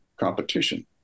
Competition